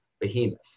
behemoth